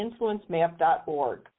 InfluenceMap.org